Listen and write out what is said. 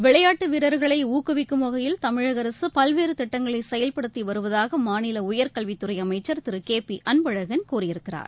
விளையாட்டு வீரர்களை ஊக்குவிக்கும் வகையில் தமிழக அரசு பல்வேறு திட்டங்களை செயல்படுத்தி வருவதாக மாநில உயர்கல்வித்துறை அமைச்சர் திரு கே பி அன்பழகன் கூறியிருக்கிறார்